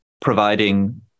providing